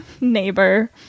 neighbor